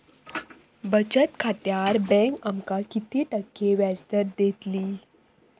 बचत खात्यार बँक आमका किती टक्के व्याजदर देतली?